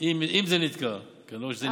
אם זה נתקע, כי אני לא רואה שזה נתקע.